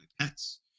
pets